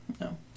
No